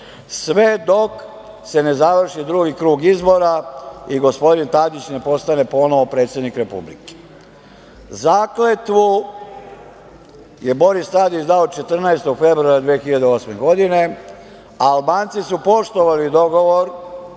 sve dok se ne završi drugi krug izbora i gospodin Tadić ne postane ponovo predsednik Republike. Zakletvu je Boris Tadić položio dao 14. februara 2008. godine. Albanci su poštovali dogovor